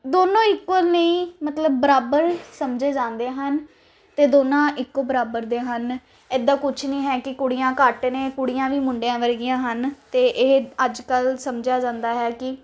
ਦੋਨੋਂ ਇਕੁਅਲ ਨਹੀਂ ਮਤਲਬ ਬਰਾਬਰ ਸਮਝੇ ਜਾਂਦੇ ਹਨ ਅਤੇ ਦੋਨੋ ਇੱਕੋ ਬਰਾਬਰ ਦੇ ਹਨ ਇੱਦਾਂ ਕੁਛ ਨਹੀਂ ਹੈ ਕਿ ਕੁੜੀਆਂ ਘੱਟ ਨੇ ਕੁੜੀਆਂ ਵੀ ਮੁੰਡਿਆਂ ਵਰਗੀਆਂ ਹਨ ਅਤੇ ਇਹ ਅੱਜ ਕੱਲ੍ਹ ਸਮਝਿਆ ਜਾਂਦਾ ਹੈ ਕਿ